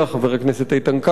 חבר הכנסת איתן כבל,